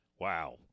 Wow